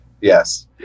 Yes